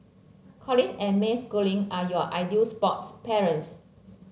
Colin and May Schooling are your ideal sports parents